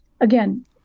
again